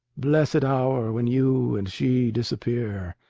blessed hour when you and she disappear,